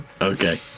Okay